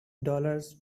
dollars